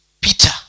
Peter